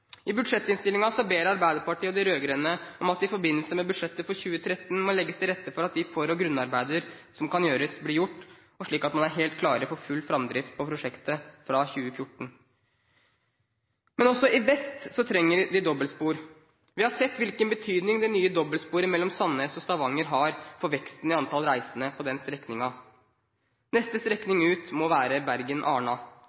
I budsjettinnstillingen ber Arbeiderpartiet, de rød-grønne, om at det i forbindelse med budsjettet for 2013 må legges til rette for at de for- og grunnarbeider som kan gjøres, blir gjort, slik at man er helt klare for full framdrift på prosjektet fra 2014. Men også i vest trenger de dobbeltspor. Vi har sett hvilken betydning det nye dobbeltsporet mellom Sandnes og Stavanger har for veksten i antall reisende på den strekningen. Neste